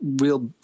real